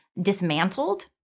dismantled